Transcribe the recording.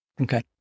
Okay